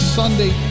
sunday